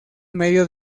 medio